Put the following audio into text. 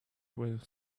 were